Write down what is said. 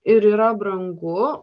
ir yra brangu